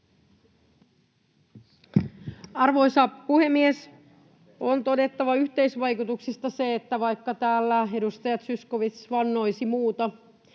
Arvoisa puhemies! On todettava yhteisvaikutuksista se, että vaikka täällä edustaja Zyskowicz vannoisi muuta,